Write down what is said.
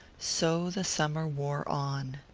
so the summer wore on.